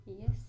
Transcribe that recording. Yes